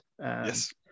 Yes